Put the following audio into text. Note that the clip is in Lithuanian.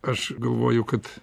aš galvoju kad